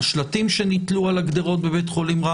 השלטים שנתלו על הגדרות שם.